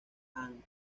and